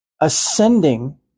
Ascending